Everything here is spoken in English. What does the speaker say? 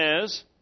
says